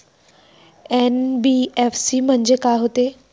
NBFC म्हणजे का होते?